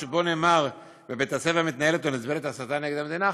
שבה נאמר "בבית-הספר מתנהלת או נסבלת הסתה נגד המדינה",